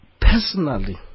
Personally